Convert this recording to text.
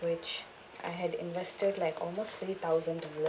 which I had invested like almost three thousand dollars